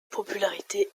popularité